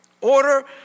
Order